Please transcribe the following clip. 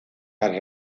para